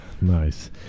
Nice